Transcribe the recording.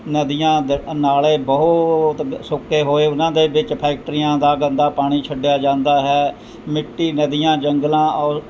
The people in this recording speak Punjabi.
ਨਦੀਆਂ ਦ ਨਾਲੇ ਬਹੁਤ ਦ ਸੁੱਕੇ ਹੋਏ ਉਹਨਾਂ ਦੇ ਵਿੱਚ ਫੈਕਟਰੀਆਂ ਦਾ ਗੰਦਾ ਪਾਣੀ ਛੱਡਿਆ ਜਾਂਦਾ ਹੈ ਮਿੱਟੀ ਨਦੀਆਂ ਜੰਗਲਾਂ ਔਰ